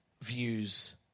views